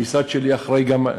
המשרד שלי אחראי גם,